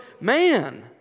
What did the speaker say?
man